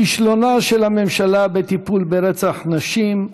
כישלונה של הממשלה בטיפול ברצח נשים,